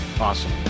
Awesome